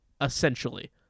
essentially